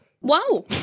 Wow